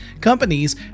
Companies